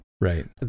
Right